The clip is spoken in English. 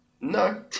No